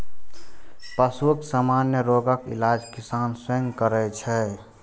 पशुक सामान्य रोगक इलाज किसान स्वयं करै छै